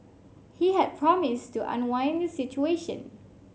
he had promised to unwind the situation